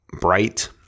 bright